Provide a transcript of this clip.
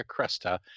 Cresta